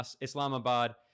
Islamabad